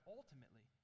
ultimately